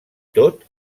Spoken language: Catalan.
tot